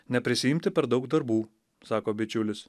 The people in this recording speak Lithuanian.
neprisiimti per daug darbų sako bičiulis